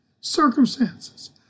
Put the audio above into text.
circumstances